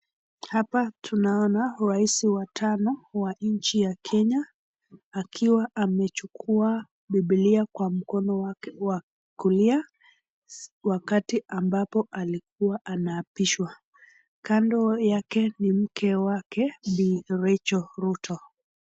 Hapa tunaona Rais wa tano wa nchi ya Kenya akiwa amechukua Bibilia kwa mkono wake wa kulia wakati ambapo alikua anaapishwa. Kando yake ni mke wake Bi Rachel Ruto.